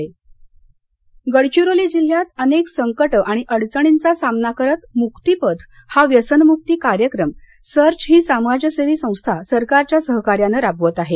मक्तीपथ गडचिरोली गडचिरोली जिल्ह्यात अनेक संकट अडचणींचा सामना करत मुक्तीपथ हा व्यसनमुक्ती कार्यक्रम सर्च ही समाजसेवी संस्था सरकारच्या सहकार्यानं राबवत आहे